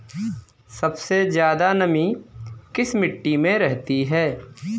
सबसे ज्यादा नमी किस मिट्टी में रहती है?